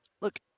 Look